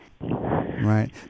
Right